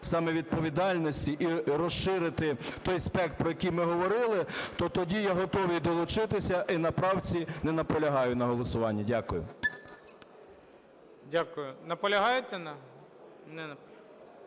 саме відповідальність і розширити той спектр, про який ми говорили, то тоді я готовий долучитися і на правці не наполягаю на голосуванні. Дякую. ГОЛОВУЮЧИЙ. Дякую. Наполягаєте